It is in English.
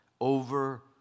over